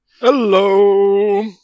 Hello